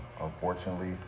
unfortunately